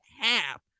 half